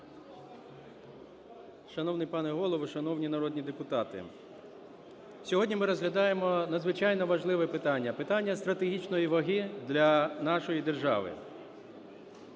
Шановний пане Голово, шановні народні депутати! Сьогодні ми розглядаємо надзвичайно важливе питання, питання стратегічної ваги для нашої держави.